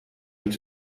niet